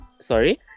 Sorry